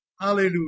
Hallelujah